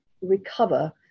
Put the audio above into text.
recover